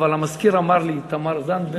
אבל המזכיר אמר לי תמר זנדברג,